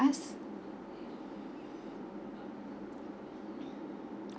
us